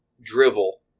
drivel